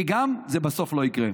גם כי בסוף זה לא יקרה.